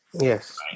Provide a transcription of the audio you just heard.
Yes